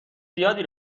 زیادی